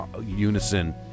unison